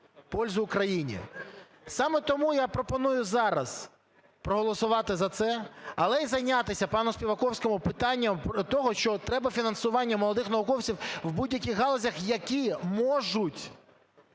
Україні. Саме тому я пропоную зараз проголосувати за це, але і зайнятися пануСпіваковському питанням того, що треба фінансування молодих науковців в будь-яких галузях, які можуть